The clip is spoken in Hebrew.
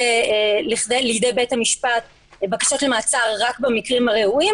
לידי בית המשפט בקשות למעצר רק במקרים הראויים.